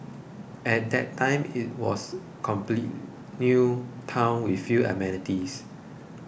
at that time it was complete new town with few amenities